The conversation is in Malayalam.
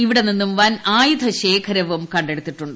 ഇവിടെ നിന്നും വൻ ആയുന ശേഖരവും കണ്ടെടുത്തിട്ടുണ്ട്